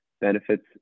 benefits